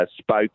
spoke